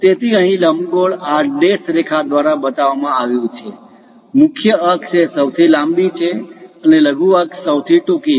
તેથી અહીં લંબગોળ આ ડેશે રેખા દ્વારા બતાવવામાં આવ્યું છે મુખ્ય અક્ષ એ સૌથી લાંબી છે અને લઘુ અક્ષ સૌથી ટૂંકી છે